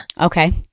Okay